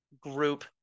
group